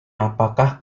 apakah